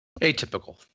Atypical